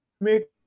make